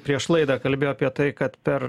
prieš laidą kalbėjo apie tai kad per